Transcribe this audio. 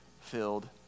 filled